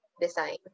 design